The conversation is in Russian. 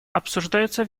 обсуждается